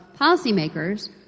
policymakers